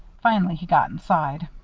finally he got inside.